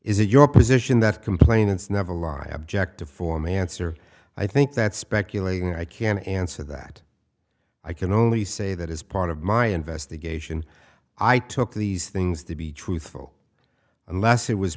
is it your position that complainants never lie objective for mansur i think that's speculating i can answer that i can only say that as part of my investigation i took these things to be truthful unless it was